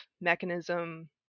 mechanism